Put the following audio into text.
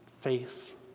faith